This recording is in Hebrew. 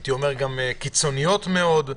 הייתי אומר שגם קיצוניות מאוד.